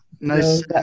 nice